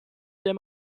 them